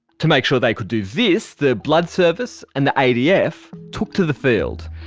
to make sure they could do this, the blood service and the adf took to the field.